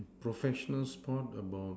professional sport about